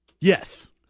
Yes